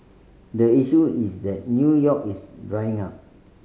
the issue is that New York is drying up